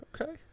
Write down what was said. Okay